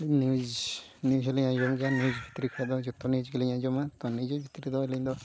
news news ᱦᱚᱸᱞᱤᱧ ᱟᱸᱡᱚᱢ ᱜᱮᱭᱟ ᱱᱤᱭᱩᱡᱽ ᱵᱷᱤᱛᱤᱨᱤ ᱠᱷᱚᱱ ᱫᱚ ᱡᱚᱛᱚ ᱱᱤᱭᱩᱡᱽ ᱜᱮᱞᱤᱧ ᱟᱸᱡᱚᱢᱟ ᱛᱚ ᱱᱤᱭᱩᱡᱽ ᱵᱷᱤᱛᱨᱤ ᱨᱮ ᱟᱹᱞᱤᱧ ᱫᱚ